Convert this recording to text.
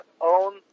own